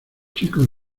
chicos